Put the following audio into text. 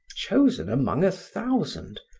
chosen among a thousand,